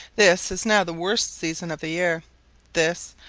this is now the worst season of the year this,